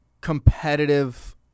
competitive